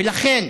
ולכן,